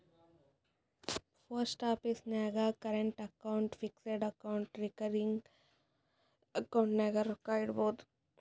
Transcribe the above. post office ನಾಗ್ current account, fixed account, recurring account ನಾಗ್ ರೊಕ್ಕಾ ಇಡ್ಬೋದ್